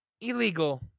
illegal